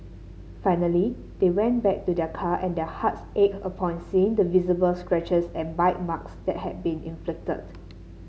finally they went back to their car and their hearts ached upon seeing the visible scratches and bite marks that had been inflicted